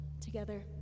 together